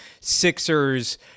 Sixers